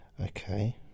okay